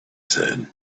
said